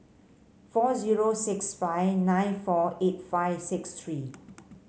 four zero six five nine four eight five six three